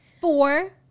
Four